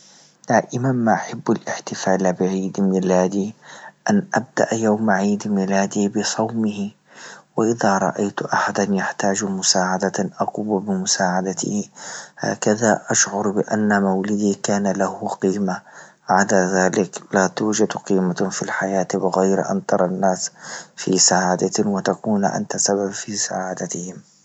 دائما ما أحب إحتفال بعيد ميلادي أن ابدأ يوم عيد ميلادي بصومه وإذا رأيت أحدا يحتاج مساعدة أقوم بمساعدته هكذا أشعر بأن مولدي كان له قيمة، بعد ذلك لا توجد قيمة في الحياة بغير أن ترى الناس في سعادة وتكون انت سبب في سعادتهم.